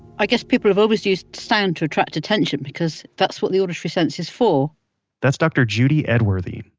i guess people have always used sound to attract attention, because that's what the auditory sense is for that's dr judy edworthy,